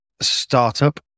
startup